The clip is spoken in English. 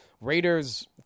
Raiders